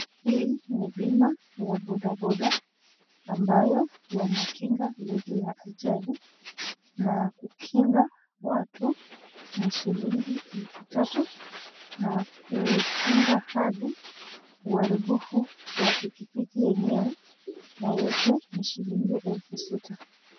Hii ni bima ya bodaboda ambayo yanakinga didhi ya ajali na kukinga watu na shilingi elfu tatu na kujunga hadi uaribifu wa pikipiki yenyewe na yote ni shilingi elfu sita.